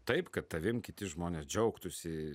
taip kad tavim kiti žmonės džiaugtųsi